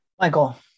Michael